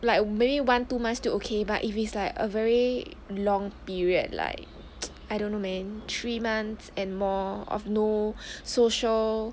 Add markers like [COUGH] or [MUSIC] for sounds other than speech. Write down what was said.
like maybe one two months still okay but if it's like a very long period like [NOISE] I don't know man three months and more of no social